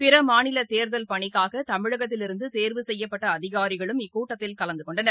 பிறமாநிலதேர்தல் பணிக்காகதமிழகத்திலிருந்ததேர்வு செய்யப்பட்டஅதிகாரிகளும் இக்கூட்டத்தில் கலந்த கொண்டனர்